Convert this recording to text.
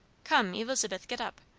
come, elizabeth, get up,